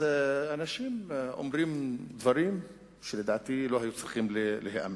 ואז אנשים אומרים דברים שלדעתי לא היו צריכים להיאמר.